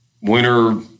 winter